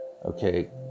Okay